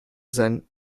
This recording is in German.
sein